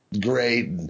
Great